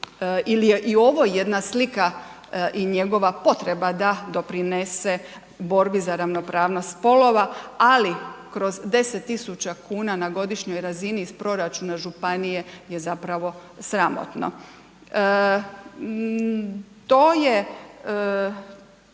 i ovo jedna slika i njegova potreba da doprinese borbi za ravnopravnost spolova, ali kroz 10.000 kuna na godišnjoj razini iz proračuna županije je zapravo sramotno. To je,